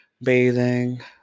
bathing